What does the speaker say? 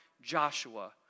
Joshua